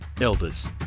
Elders